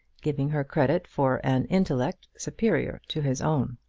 giving her credit for an intellect superior to his own.